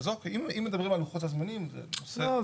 אז אם מדברים על לוחות הזמנים זה נושא --- לא,